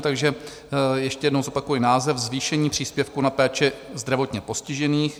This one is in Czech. Takže ještě jednou zopakuji název: Zvýšení příspěvku na péči zdravotně postižených.